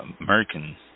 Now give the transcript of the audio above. American